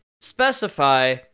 specify